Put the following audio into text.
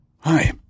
Hi